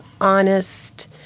honest